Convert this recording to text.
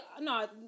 No